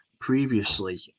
previously